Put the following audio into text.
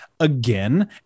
Again